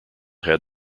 had